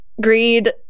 greed